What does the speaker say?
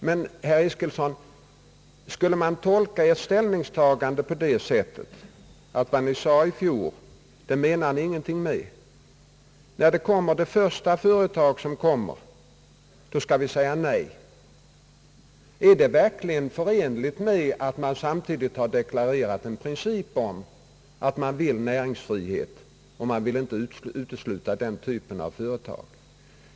Men, herr Eskilsson, skulle man tolka Ert ställningstagande så att vad Ni sade i fjol menar Ni ingenting med? När det första företaget kommer med en ansökan skall vi säga nej. Är det verkligen förenligt med den princip som man samtidigt har deklarerat, nämligen att man vill ha näringsfrihet och att man inte vill utesluta denna typ av företag?